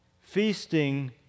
feasting